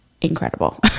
incredible